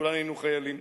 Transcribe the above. כולנו היינו חיילים,